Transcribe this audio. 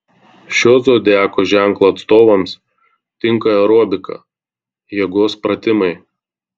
šio zodiako ženklo atstovams tinka aerobika jėgos pratimai